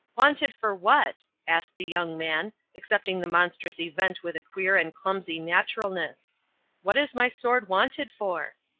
wanted for what? asked the young man, accepting the monstrous event with a queer and clumsy naturalness what is my sword wanted for?